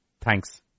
Thanks